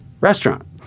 restaurant